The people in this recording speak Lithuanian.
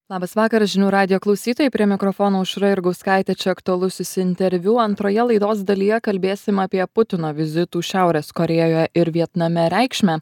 labas vakaras žinių radijo klausytojai prie mikrofono aušra jurgauskaitė čia aktualusis interviu antroje laidos dalyje kalbėsim apie putino vizitų šiaurės korėjoje ir vietname reikšmę